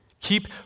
Keep